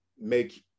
make